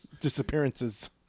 disappearances